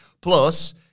Plus